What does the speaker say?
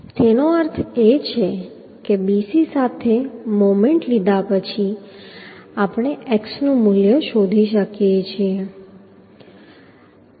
તેનો અર્થ એ છે કે BC સાથે મોમેન્ટ લીધા પછી આપણે x નું મૂલ્ય શોધી શકીએ છીએ